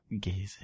Gazing